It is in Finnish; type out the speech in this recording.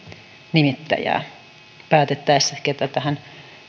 nimittäjää päätettäessä keitä jäseniä tähän